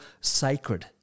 sacred